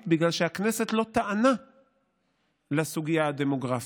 בגלל שהכנסת לא טענה לסוגיה הדמוגרפית.